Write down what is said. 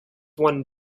won